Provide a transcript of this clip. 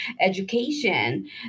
education